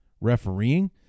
refereeing